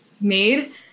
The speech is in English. made